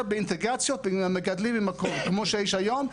באינטגרציות עם המגדלים עם הכל כמו שיש היום,